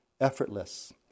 effortless